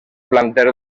planter